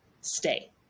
stay